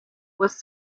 was